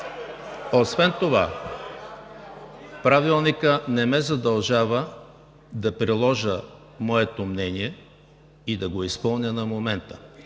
Освен това Правилникът не ме задължава да приложа моето мнение и да го изпълня на момента.